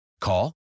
Call